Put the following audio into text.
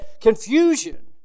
confusion